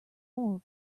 more